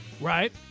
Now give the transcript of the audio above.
Right